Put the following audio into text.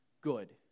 good